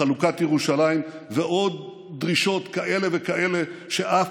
חלוקת ירושלים ועוד דרישות כאלה וכאלה שאף